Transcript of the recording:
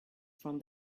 from